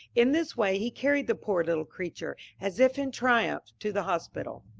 in this way he carried the poor little creature, as if in triumph, to the hospital.